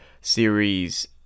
series